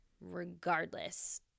regardless